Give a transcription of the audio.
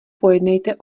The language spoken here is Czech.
pojednejte